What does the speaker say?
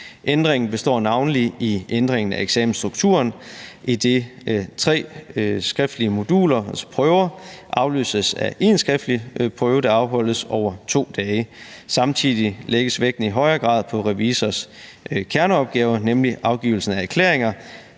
Ændringen består navnlig i ændringen af eksamensstrukturen, idet tre skriftlige moduler, altså prøver, afløses af én skriftlig prøve, der afholdes over 2 dage. Samtidig lægges vægten i højere grad på revisorens kerneopgaver, nemlig afgivelsen af erklæringer,